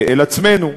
אל עצמנו,